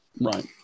Right